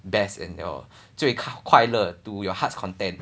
best and your 最快快乐 to your heart's content